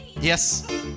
Yes